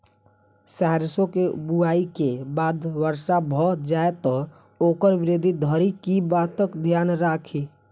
सैरसो केँ बुआई केँ बाद वर्षा भऽ जाय तऽ ओकर वृद्धि धरि की बातक ध्यान राखि?